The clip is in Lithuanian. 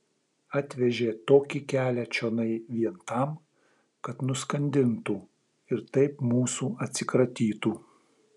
atvežė tokį kelią čionai vien tam kad nuskandintų ir taip mūsų atsikratytų